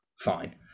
fine